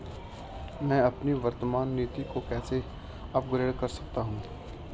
मैं अपनी वर्तमान नीति को कैसे अपग्रेड कर सकता हूँ?